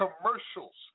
commercials